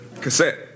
cassette